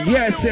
Yes